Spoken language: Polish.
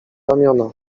ramiona